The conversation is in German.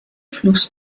fluss